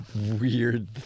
weird